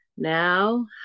Now